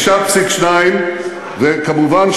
וכמובן,